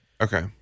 Okay